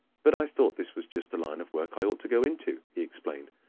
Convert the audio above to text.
but i thought this was just the line of work i ought to go into, he explained,